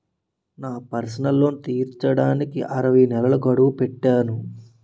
నా personal loan తీర్చడానికి అరవై నెలల గడువు పెట్టాను